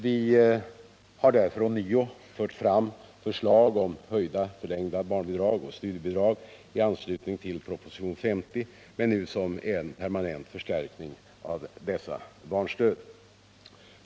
Vi har därför ånyo fört fram förslag om höjda förlängda barnbidrag och studiebidrag i anledning av proposition 50, men nu som en permanent förstärkning av dessa barnstöd.